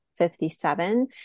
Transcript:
57